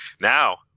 Now